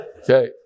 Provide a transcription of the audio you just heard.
Okay